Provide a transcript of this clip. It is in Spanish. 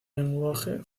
lenguaje